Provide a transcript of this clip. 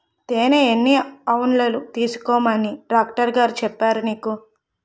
తేనె ఎన్ని ఔన్సులు తీసుకోమని డాక్టరుగారు చెప్పారు నీకు